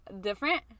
different